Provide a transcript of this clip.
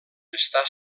està